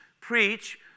preach